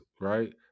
right